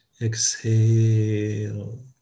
exhale